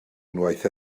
unwaith